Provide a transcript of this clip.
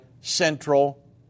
central